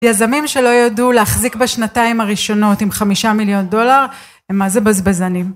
יזמים שלא ידעו להחזיק בשנתיים הראשונות עם חמישה מיליון דולר הם מה זה בזבזנים